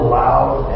loud